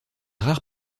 rares